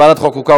לוועדת החוקה,